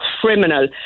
criminal